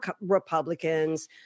Republicans